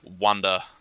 wonder